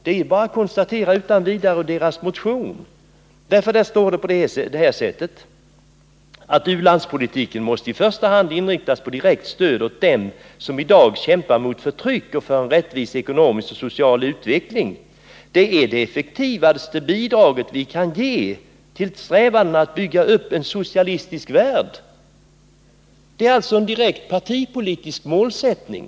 Det kan man utan vidare konstatera av vpk-motionen. Där står det nämligen: ”U-landspolitiken måste i första hand inriktas på direkt stöd åt dem, som i dag kämpar mot förtryck och för en rättvis ekonomisk och social utveckling. Det är det effektivaste bidraget vi kan ge till strävandena att bygga upp en socialistisk värld.” Det är alltså en partipolitisk målsättning.